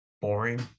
boring